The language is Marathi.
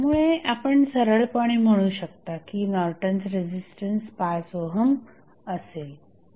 त्यामुळे आपण सरळपणे म्हणू शकता की नॉर्टन्स रेझिस्टन्स 5 ओहम असेल